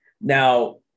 Now